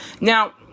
now